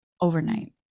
overnight